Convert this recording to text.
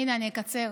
הינה, אני אקצר.